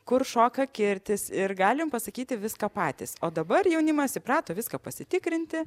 kur šoka kirtis ir galim pasakyti viską patys o dabar jaunimas įprato viską pasitikrinti